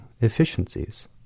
efficiencies